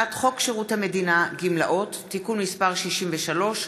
הצעת חוק שירות המדינה (גמלאות) (תיקון מס' 63),